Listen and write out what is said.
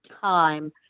time